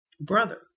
brother